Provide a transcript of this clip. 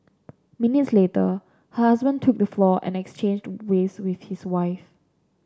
minutes later her husband took the floor and exchanged the waves with his wife